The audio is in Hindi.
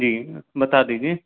जी बता दीजिए